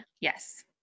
Yes